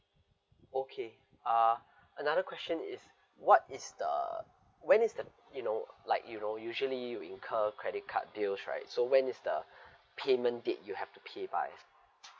okay uh another question is what is the when is the you know like you know usually you will incur credit card bills right so when is the payment date you have pay to by